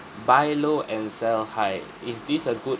buy low and sell high is this a good